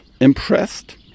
impressed